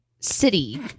city